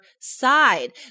side